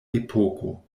epoko